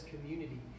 community